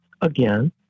again